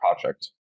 project